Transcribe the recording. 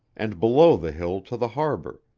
and below the hill to the harbor,